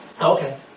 Okay